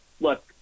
Look